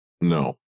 no